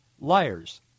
liars